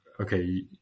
okay